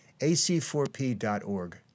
ac4p.org